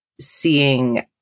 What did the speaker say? seeing